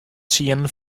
tsienen